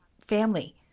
family